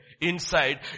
Inside